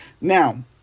Now